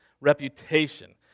reputation